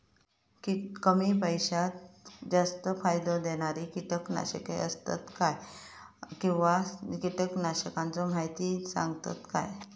कमी पैशात जास्त फायदो दिणारी किटकनाशके आसत काय किंवा कीटकनाशकाचो माहिती सांगतात काय?